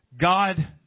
God